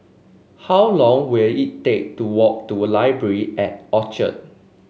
how long will it take to walk to Library at Orchard